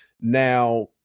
Now